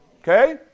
Okay